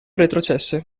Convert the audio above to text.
retrocesse